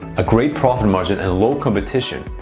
a great profit margin and low competition,